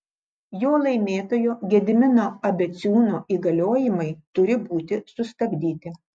jo laimėtojo gedimino abeciūno įgaliojimai turi būti sustabdyti